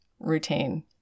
routine